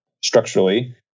structurally